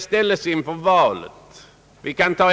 alternativ.